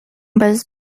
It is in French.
base